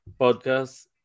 podcast